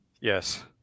Yes